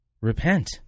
Repent